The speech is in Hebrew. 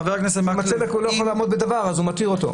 חה"כ מקלב --- כשהוא לא יכול לעמוד בדבר אז הוא מתיר אותו.